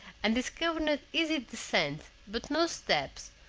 and discovered an easy descent, but no steps,